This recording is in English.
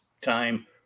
time